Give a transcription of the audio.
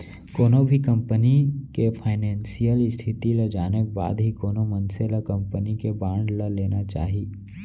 कोनो भी कंपनी के फानेसियल इस्थिति ल जाने के बाद ही कोनो मनसे ल कंपनी के बांड ल लेना चाही